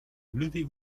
levez